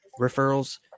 referrals